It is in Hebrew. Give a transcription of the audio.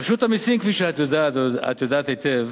רשות המסים, כפי שאת יודעת היטב,